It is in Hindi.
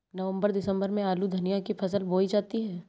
नवम्बर दिसम्बर में आलू धनिया की फसल बोई जाती है?